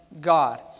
God